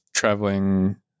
traveling